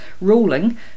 ruling